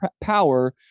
power